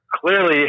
clearly